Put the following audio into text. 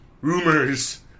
Rumors